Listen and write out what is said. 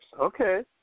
Okay